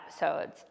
episodes